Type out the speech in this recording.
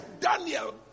Daniel